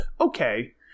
okay